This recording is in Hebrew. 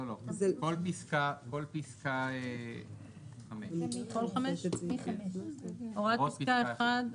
לא, לא, כל פסקה 5. "הוראות פסקה (1)